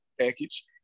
package